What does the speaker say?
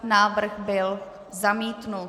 Návrh byl zamítnut.